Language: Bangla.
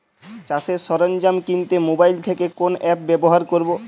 চাষের সরঞ্জাম কিনতে মোবাইল থেকে কোন অ্যাপ ব্যাবহার করব?